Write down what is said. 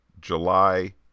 july